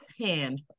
hand